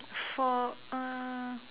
for err